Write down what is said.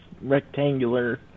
Rectangular